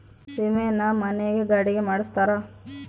ವಿಮೆನ ಮನೆ ಗೆ ಗಾಡಿ ಗೆ ಮಾಡ್ಸ್ತಾರ